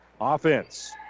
Offense